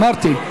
אמרתי.